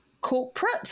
corporate